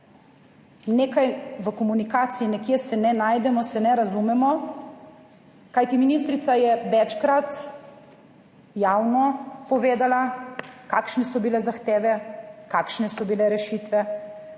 nekaj v komunikaciji, nekje se ne najdemo, se ne razumemo. Kajti ministrica je večkrat javno povedala kakšne so bile zahteve, kakšne so bile rešitve.